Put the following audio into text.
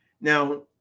Now